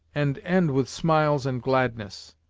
and end with smiles and gladness.